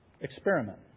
experiment